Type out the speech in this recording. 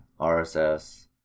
RSS